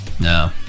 No